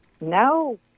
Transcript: No